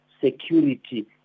security